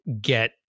get